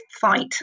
fight